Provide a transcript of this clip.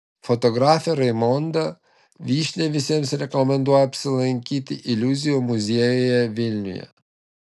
fotografė raimonda vyšnia visiems rekomenduoja apsilankyti iliuzijų muziejuje vilniuje